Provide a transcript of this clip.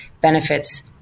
benefits